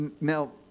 Now